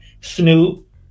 snoop